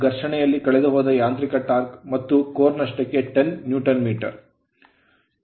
ಘರ್ಷಣೆಯಲ್ಲಿ ಕಳೆದುಹೋದ ಯಾಂತ್ರಿಕ ಟಾರ್ಕ್ ಮತ್ತು ಕೋರ್ ನಷ್ಟಕ್ಕೆ 10Nm ನ್ಯೂಟನ್ ಮೀಟರ್ ಗಳು